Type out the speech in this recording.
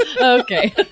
Okay